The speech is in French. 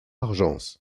argens